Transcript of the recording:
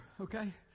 okay